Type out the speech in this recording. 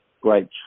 great